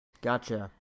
Gotcha